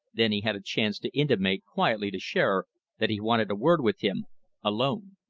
then he had a chance to intimate quietly to shearer that he wanted a word with him alone.